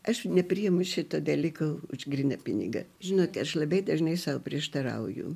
aš nepriimu šito dalyko už gryną pinigą žinote aš labai dažnai sau prieštarauju